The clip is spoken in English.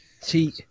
See